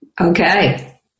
Okay